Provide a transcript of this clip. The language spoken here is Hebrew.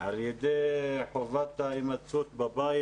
על ידי חובת ההימצאות בבית